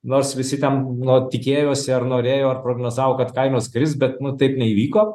nors visi ten nu tikėjosi ar norėjo ar prognozavo kad kainos kris bet nu taip neįvyko